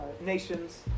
nations